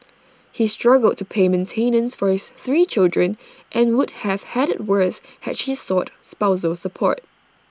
he struggled to pay maintenance for his three children and would have had IT worse had she sought spousal support